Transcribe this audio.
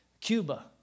Cuba